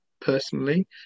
personally